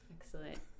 Excellent